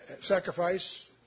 sacrifice